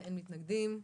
אין מתנגדים.